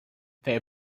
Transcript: these